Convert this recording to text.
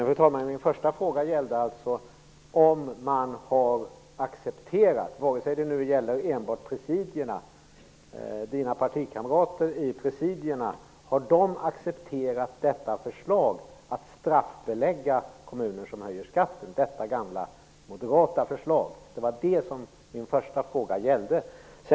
Fru talman! Min första fråga gällde alltså om man har accepterat - även om det gäller enbart Bo Nilssons partikamrater i presidierna - förslaget att straffbelägga kommuner som höjer skatten, detta gamla moderata förslag. Det var det min första fråga gällde.